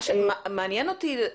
מעניין אותי,